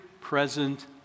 present